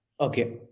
okay